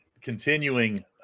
continuing